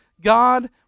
God